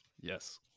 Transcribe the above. Yes